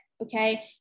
Okay